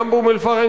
גם באום-אל-פחם.